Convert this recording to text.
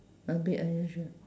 a bit unusual